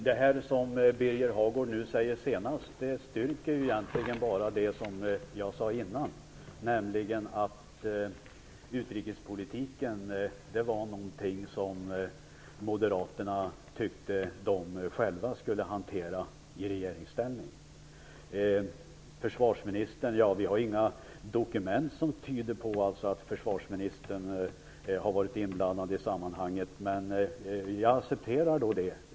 Fru talman! Det som Birger Hagård nu senast sagt styrker egentligen bara det som jag sade dessförinnan, nämligen att moderaterna tyckte att utrikespolitiken var något som de själva skulle hantera i regeringsställning. Vi har inga dokument som tyder på att försvarsministern har varit inblandad i sammanhanget, men jag accepterar det. Han var moderat.